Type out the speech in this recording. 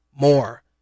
more